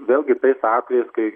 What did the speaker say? vėlgi tais atvejais kai